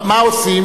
מה עושים?